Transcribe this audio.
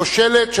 כושלת.